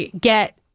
get